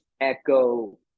echo